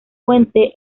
fuente